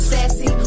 Sassy